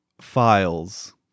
files